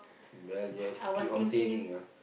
well I guess keep on saving ah